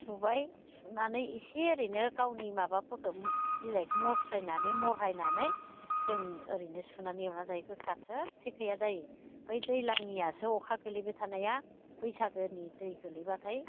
सुबाय सुनानै इसे ओरैनो गावनि माबाफोरखौ बिलाइखो मस्रायनानै मरहायनानै जों ओरैनो सुनानै एवना जायो गोखा थोबसे गैया जायो बै दैज्लांनियासो अखा गोलैबाय थानाया बैसागुनि दै गोलैबाथाय